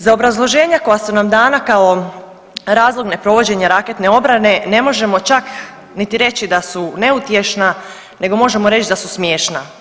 Za obrazloženja koja su nam dana kao razlog ne provođenja raketne obrane ne možemo čak niti reći da su neutješna nego možemo reći da su smiješna.